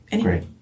great